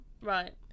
Right